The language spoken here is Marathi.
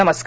नमस्कार